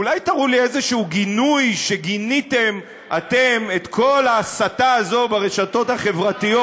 אולי תראו לי איזה גינוי שגיניתם אתם את כל ההסתה הזאת ברשתות החברתיות,